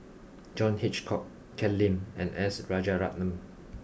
John Hitchcock Ken Lim and S Rajaratnam